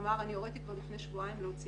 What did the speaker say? הוא אמר שהוא כבר לפני שבועיים להוציא